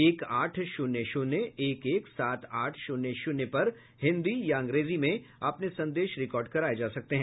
एक आठ शून्य शून्य एक एक सात आठ शून्य शून्य पर हिंदी या अंग्रेजी में अपने संदेश रिकार्ड कराए जा सकते हैं